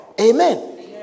amen